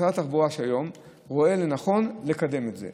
משרד התחבורה של היום רואה לנכון לקדם את זה.